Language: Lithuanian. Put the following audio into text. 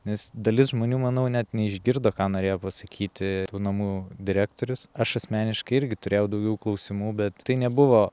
nes dalis žmonių manau net neišgirdo ką norėjo pasakyti tų namų direktorius aš asmeniškai irgi turėjau daugiau klausimų bet tai nebuvo